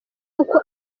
uko